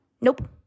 Nope